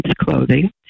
clothing